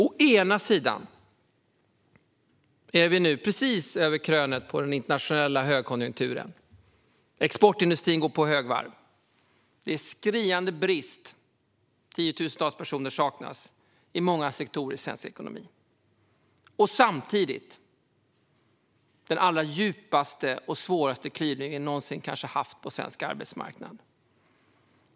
Å ena sidan är vi nu precis över krönet på den internationella högkonjunkturen. Exportindustrin går på högvarv, och det råder skriande brist på arbetskraft i många sektorer i svensk ekonomi. Tiotusentals personer saknas. Å andra sidan har vi den allra djupaste och svåraste klyvning vi kanske någonsin har haft på svensk arbetsmarknad.